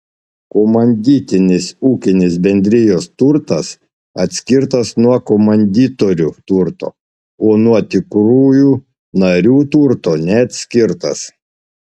komanditinės ūkinės bendrijos turtas atskirtas nuo komanditorių turto o nuo tikrųjų narių turto neatskirtas